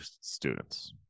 students